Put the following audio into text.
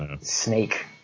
snake